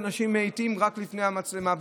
כשאנשים מאיטים רק לפני המצלמה?